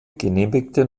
genehmigte